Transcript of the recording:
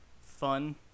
fun